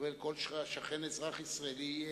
אזרח ישראלי,